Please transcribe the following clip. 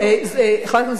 חברת הכנסת זוארץ,